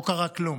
לא קרה כלום.